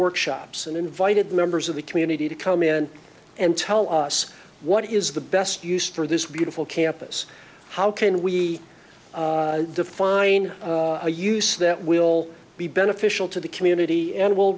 workshops and invited members of the community to come in and tell us what is the best use for this beautiful campus how can we define a use that will be beneficial to the community an